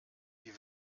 wie